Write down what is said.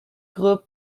groupes